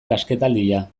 kasketaldia